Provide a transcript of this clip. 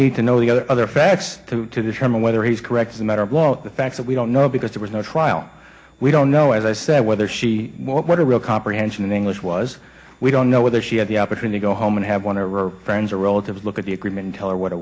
need to know the other facts to determine whether he's correct as a matter of won't the fact that we don't know because there was no trial we don't know as i said whether she what a real comprehension of english was we don't know whether she had the opportunity to go home and have one or are friends or relatives look at the agreement tell her what it